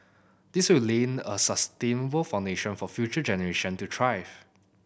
this will lay a sustainable foundation for future generation to thrive